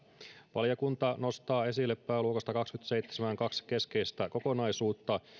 valiokunta nostaa esille pääluokasta kahdeksikymmeneksiseitsemäksi kaksi keskeistä kokonaisuutta